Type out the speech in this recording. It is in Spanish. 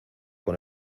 con